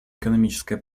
экономическая